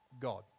God